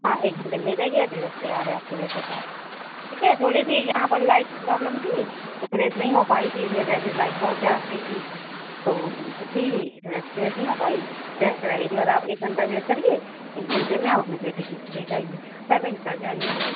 ہاں ایک گھنٹے میں لے جائیے ڈریس تیار ہے آپ کے بیٹے کا ٹھیک ہے تھوڑی سی یہاں پر لائٹ پرابلم تھی تو پریس نہیں ہو پائی تھی اس وجہ سے لائٹ بہت جا رہی تھی تو ان کے تھی ڈریس پریس نہیں ہو پائی اور آپ ایک گھنٹہ ویٹ کریے ایک گھنٹے میں آپ اپنے بیٹے کی لے جائیے پیمنٹ کر جائیے گا